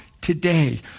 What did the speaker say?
today